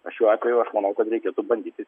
šiuo atveju aš manau kad reikėtų bandyti